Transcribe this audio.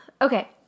Okay